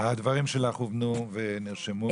הדברים שלך הובנו ונרשמו,